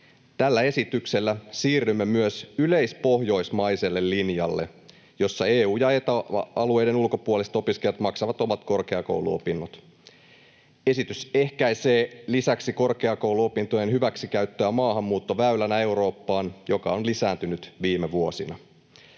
Tällä esityksellä siirrymme myös yleispohjoismaiselle linjalle, jossa EU- ja Eta-alueiden ulkopuoliset opiskelijat maksavat omat korkeakouluopinnot. Esitys ehkäisee lisäksi korkeakouluopintojen hyväksikäyttöä maahanmuuttoväylänä Eurooppaan, joka on lisääntynyt viime vuosina.